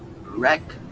Wreck